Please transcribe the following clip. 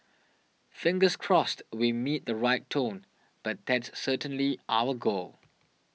fingers crossed we meet the right tone but that's certainly our goal